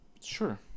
Sure